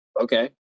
okay